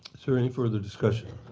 is there any further discussion?